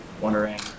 wondering